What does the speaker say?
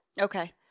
Okay